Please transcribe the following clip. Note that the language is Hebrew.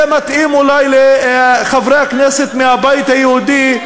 זה מתאים אולי לחברי הכנסת מהבית היהודי.